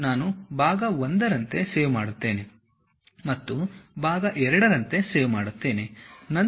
ಇದನ್ನು ನಾನು ಭಾಗ 1 ರಂತೆ ಸೇವ್ ಮಾಡುತ್ತೇನೆ ಮತ್ತು ಭಾಗ 2 ರಂತೆ ಸೇವ್ ಮಾಡುತ್ತೇನೆ